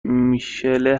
میشله